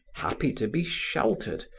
happy to be sheltered,